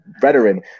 veteran